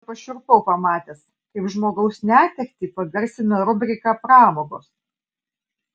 kartą pašiurpau pamatęs kaip žmogaus netektį pagarsina rubrika pramogos